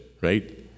right